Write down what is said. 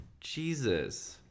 Jesus